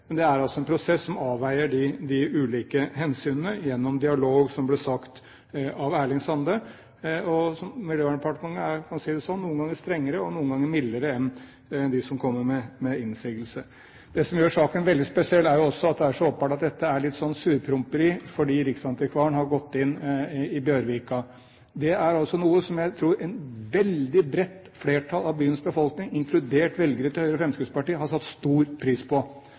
Men det er altså en prosess som avveier de ulike hensynene gjennom dialog, som det ble sagt av Erling Sande, og Miljøverndepartementet er – man kan si det slik – noen ganger strengere og noen ganger mildere enn de som kommer med innsigelse. Det som gjør saken veldig spesiell, er at det er så åpenbart at dette er litt slik «surpomperi» fordi riksantikvaren har gått inn i Bjørvika. Det er noe som jeg tror et veldig bredt flertall av byens befolkning, inkludert velgere til Høyre og Fremskrittspartiet, har satt stor pris på.